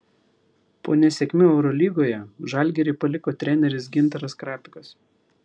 po nesėkmių eurolygoje žalgirį paliko treneris gintaras krapikas